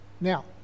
Now